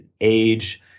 age